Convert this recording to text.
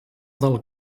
del